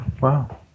wow